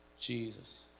Jesus